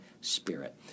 spirit